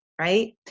right